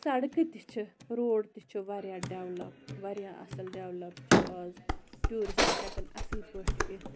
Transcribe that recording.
سَڑکہٕ تہِ چھِ روڑ تہِ چھ ڈیٚولَپ واریاہ اصل ڈیٚولَپ چھُ آز ٹوٗرِسٹہٕ ہیٚکَن اصل پٲٹھۍ یِتھ